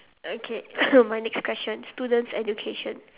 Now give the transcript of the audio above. okay my next question student's education